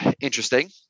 interesting